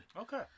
Okay